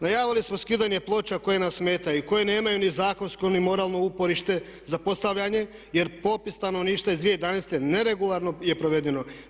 Najavili smo skidanje ploča koje nam smetaju i koje nemaju ni zakonsko ni moralno uporište za postavljanje, jer popis stanovništva iz 2011. neregularno je provedeno.